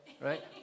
right